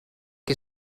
que